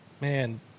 man